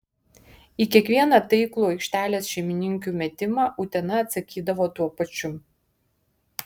į kiekvieną taiklų aikštelės šeimininkių metimą utena atsakydavo tuo pačiu